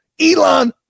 Elon